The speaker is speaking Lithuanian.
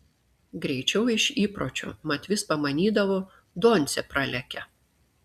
greičiau iš įpročio mat vis pamanydavo doncė pralekia